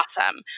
awesome